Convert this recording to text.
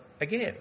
again